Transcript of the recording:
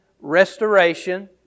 restoration